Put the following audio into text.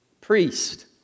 priest